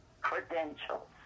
credentials